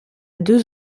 deux